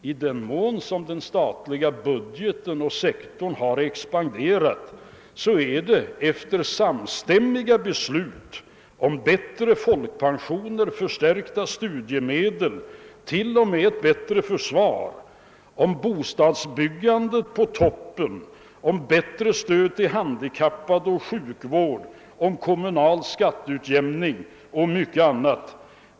I den mån den statliga sektorn har expanderat beror det på samstämmiga beslut om bättre folkpensioner, förstärkta studiemedel, ett starkare försvar, ett större bostadsbyggande och bättre stöd till handikappade och sjuka, om kommunal skatteutjämning och mycket annat.